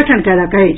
गठन कयलक अछि